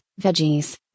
veggies